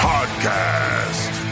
Podcast